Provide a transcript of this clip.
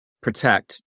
protect